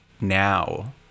now